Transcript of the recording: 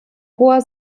hoher